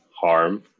harm